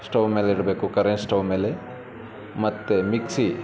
stove ಮೇಲೆ ಇಡಬೇಕು current stove ಮೇಲೆ ಮತ್ತೆ ಮಿಕ್ಸಿ